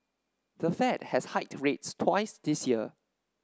the Fed has hiked rates twice this year